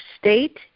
state